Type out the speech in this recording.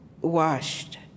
washed